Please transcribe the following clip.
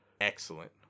Excellent